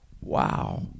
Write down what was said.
Wow